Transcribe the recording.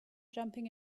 jumping